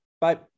bye